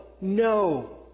No